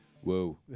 Whoa